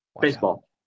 baseball